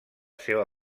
seva